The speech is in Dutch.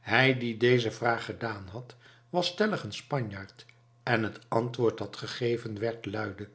hij die deze vraag gedaan had was stellig een spanjaard en het antwoord dat gegeven werd luidde